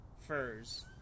Furs